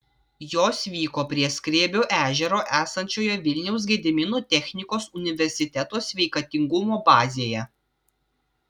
jos vyko prie skrebio ežero esančioje vilniaus gedimino technikos universiteto sveikatingumo bazėje